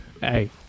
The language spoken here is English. Hey